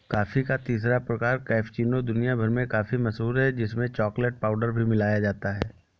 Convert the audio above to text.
coffee का तीसरा प्रकार कैपेचीनो दुनिया भर में काफी मशहूर है जिसमें चॉकलेट पाउडर भी मिलाया जाता है